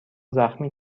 زخمی